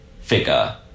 figure